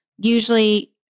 usually—